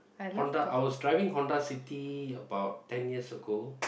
Honda I was driving Honda City about ten years ago